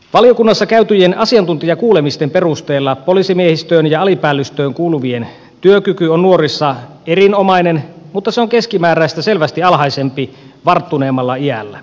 valiokunnassa käytyjen asiantuntijakuulemisten perusteella poliisimiehistöön ja alipäällystöön kuuluvien työkyky on nuorissa erinomainen mutta se on keskimääräistä selvästi alhaisempi varttuneemmalla iällä